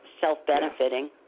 self-benefiting